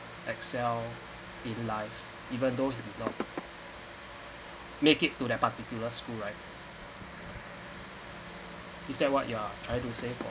excel in life even though he did not make it to that particular school right is that what you're trying to say